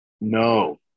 no